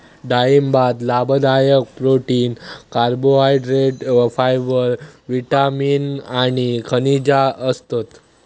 डाळिंबात लाभदायक protein, carbohydrate, fibre, vitamin आणि खनिजा असतत